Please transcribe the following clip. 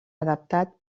adaptat